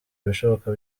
ibishoboka